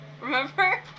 Remember